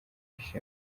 ishema